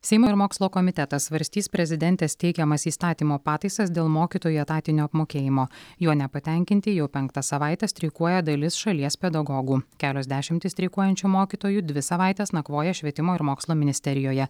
seimo ir mokslo komitetas svarstys prezidentės teikiamas įstatymo pataisas dėl mokytojų etatinio apmokėjimo juo nepatenkinti jau penktą savaitę streikuoja dalis šalies pedagogų kelios dešimtys streikuojančių mokytojų dvi savaites nakvoja švietimo ir mokslo ministerijoje